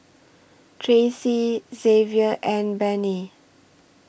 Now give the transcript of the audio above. Tracey Xzavier and Benny